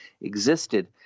existed